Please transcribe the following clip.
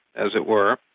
as it were,